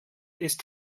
ist